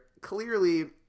clearly